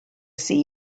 see